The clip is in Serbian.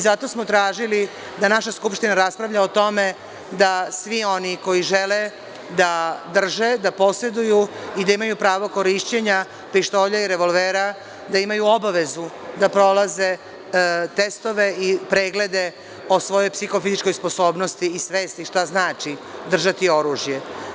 Zato smo tražili da naša Skupština raspravlja o tome da svi oni koji žele da drže, da poseduju i da imaju pravo korišćenja pištolja i revolvera, da imaju obavezu da prolaze testove i preglede o svojoj psihofizičkoj sposobnosti i svesti šta znači držati oružje.